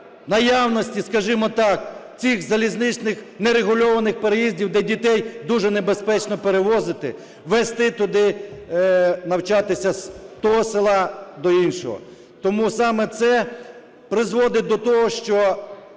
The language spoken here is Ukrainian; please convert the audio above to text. наявності, скажімо так, цих залізничних нерегульованих переїздів, де дітей дуже небезпечно перевозити, везти туди навчатися з того села до іншого. Тому саме це призводить до того, що